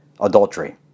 adultery